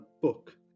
book